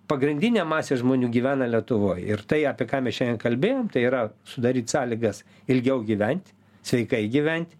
pagrindinė masė žmonių gyvena lietuvoj ir tai apie ką mes šiandien kalbėjom tai yra sudaryt sąlygas ilgiau gyvent sveikai gyvent